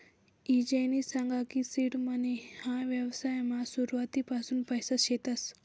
ईजयनी सांग की सीड मनी ह्या व्यवसायमा सुरुवातपासून पैसा शेतस